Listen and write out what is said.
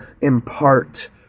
impart